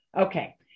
Okay